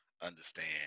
Understand